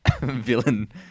villain